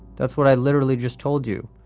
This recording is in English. that's what i literally just told you,